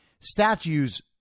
statues